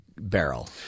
barrel